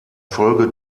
folge